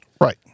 right